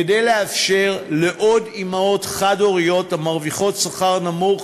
כדי לאפשר לעוד אימהות חד-הוריות המרוויחות שכר נמוך